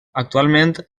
actualment